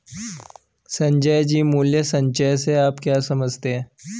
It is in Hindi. संजय जी, मूल्य संचय से आप क्या समझते हैं?